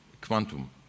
quantum